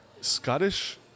Scottish